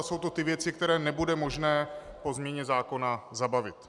Jsou to ty věci, které nebude možné po změně zákona zabavit.